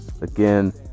again